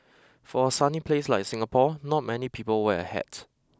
for a sunny place like Singapore not many people wear a hat